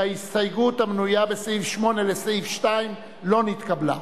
שההסתייגות המנויה בסעיף 7, בעמוד 3, לא נתקבלה.